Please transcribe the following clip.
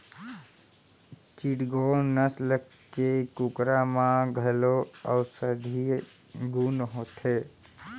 चिटगोंग नसल के कुकरा म घलौ औसधीय गुन होथे